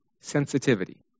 sensitivity